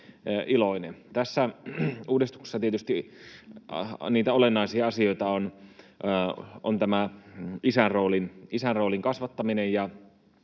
Tässä uudistuksessa tietysti niitä olennaisia asioita on tämä isän roolin kasvattaminen